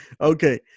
Okay